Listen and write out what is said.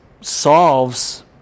solves